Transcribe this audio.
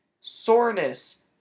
Soreness